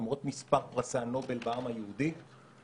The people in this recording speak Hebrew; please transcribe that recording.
למרות מספר פרסי הנובל בעם היהודי,